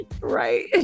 Right